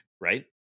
right